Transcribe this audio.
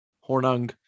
Hornung